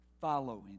following